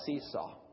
seesaw